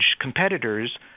competitors